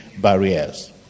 barriers